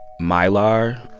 mylar